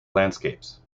landscapes